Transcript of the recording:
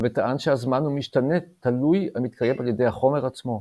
וטען שהזמן הוא משתנה תלוי המתקיים על ידי החומר עצמו.